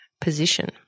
position